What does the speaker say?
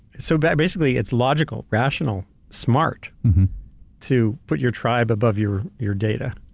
so but basically, it's logical, rational, smart to put your tribe above your your data.